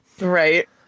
Right